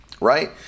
right